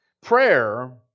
Prayer